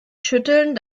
schütteln